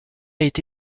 été